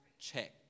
check